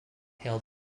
hailed